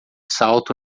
salto